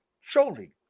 surely